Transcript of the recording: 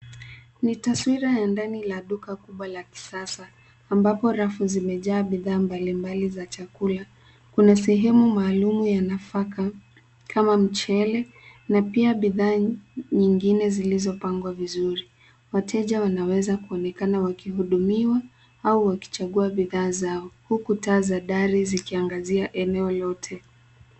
Ni taswira ya ndani la duka kubwa la kisasa ambapo rafu zimejaa bidhaa mbalimbali za chakula. Kuna sehemu maalum ya nafaka kama mchele, na pia bidhaa nyingine zilizopangwa vizuri. Wateja wanaweza kuonekana wakihudumiwa au wakichagua bidhaa zao, huku taa za dari zikiangazia eneo lote.